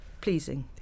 pleasing